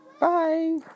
Bye